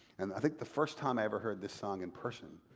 and i think the first time i ever heard this song in person,